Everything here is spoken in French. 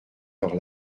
heure